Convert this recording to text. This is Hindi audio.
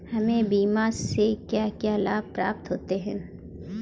हमें बीमा से क्या क्या लाभ प्राप्त होते हैं?